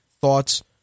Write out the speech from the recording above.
thoughts